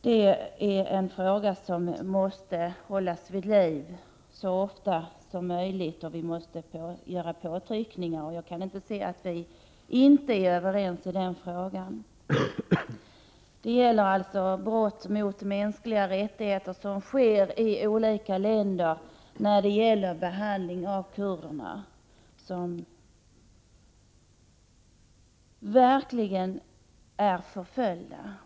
Detta är en fråga som måste hållas vid liv, och vi måste göra påtryckningar så ofta som möjligt. Jag kan inte se att vi inte är överens i den frågan. Det handlar alltså om brott mot mänskliga rättigheter som sker i olika länder när det gäller behandlingen av kurderna, som verkligen är förföljda.